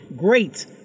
Great